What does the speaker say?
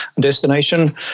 destination